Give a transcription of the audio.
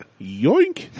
Yoink